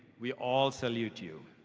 we all salute you.